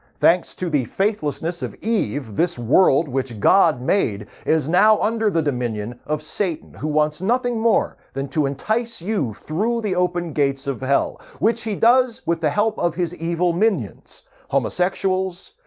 thanks to the faithlessness of eve, this world which god made is now under the dominion of satan, who wants nothing more than to entice you through the open gates of hell, which he does with the help of his evil minions homosexuals,